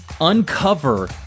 uncover